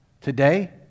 Today